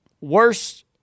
worse